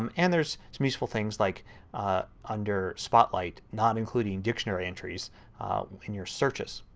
um and there is some useful things like under spotlight not including dictionary entries in your searches.